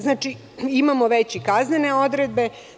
Znači, imamo već i kaznene odredbe.